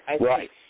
Right